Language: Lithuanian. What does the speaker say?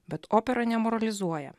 bet opera nemoralizuoja